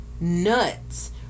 nuts